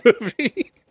movie